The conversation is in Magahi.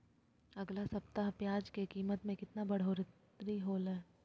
अगला सप्ताह प्याज के कीमत में कितना बढ़ोतरी होलाय?